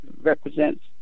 represents